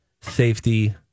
safety